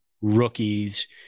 rookies